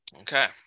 Okay